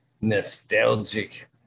nostalgic